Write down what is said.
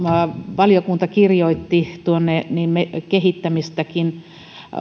valiokunta kirjoitti kehittämistäkin